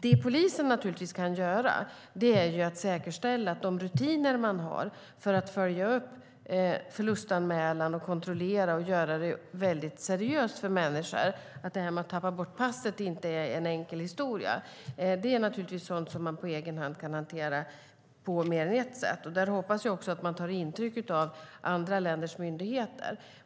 Det polisen naturligtvis kan göra är att säkerställa de rutiner man har för att följa upp förlustanmälan och kontrollera. Det handlar om att göra det väldigt seriöst för människor, att det här med att tappa bort passet inte är en enkel historia. Detta är naturligtvis sådant som man på egen hand kan hantera på mer än ett sätt. Jag hoppas att man tar intryck av andra länders myndigheter.